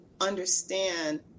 understand